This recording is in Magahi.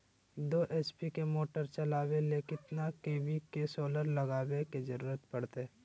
दो एच.पी के मोटर चलावे ले कितना के.वी के सोलर लगावे के जरूरत पड़ते?